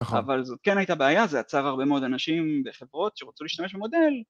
נכון. אבל זאת כן הייתה בעיה, זה עצר הרבה מאוד אנשים בחברות שרצו להשתמש במודל